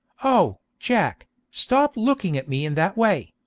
oh, jack, stop looking at me in that way!